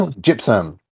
Gypsum